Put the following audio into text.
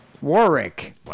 Warwick